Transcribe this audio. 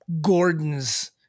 Gordon's